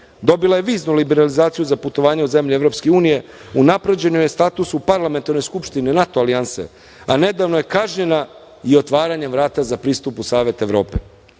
Dobila je viznu liberalizaciju za putovanje u zemlje EU, unapređena je u statusu Parlamentarne skupštine NATO alijanse, a nedavno je kažnjena i otvaranjem vrata za pristup u Savet Evrope. Imajući